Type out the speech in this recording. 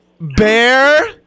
Bear